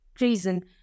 reason